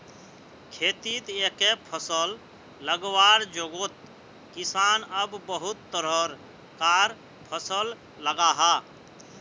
खेतित एके फसल लगवार जोगोत किसान अब बहुत तरह कार फसल लगाहा